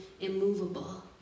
immovable